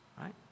Right